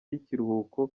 y’ikiruhuko